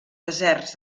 deserts